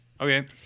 Okay